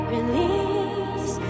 Release